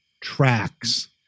tracks